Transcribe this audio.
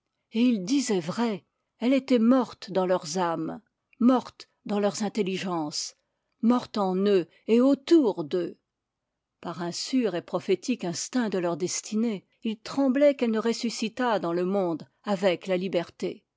et ils disaient vrai elle était morte dans leurs ames morte dans leurs intelligences morte en eux et autour d'eux par un sûr et prophétique instinct de leur destinée ils tremblaient qu'elle ne ressuscitât dans le monde avec la liberté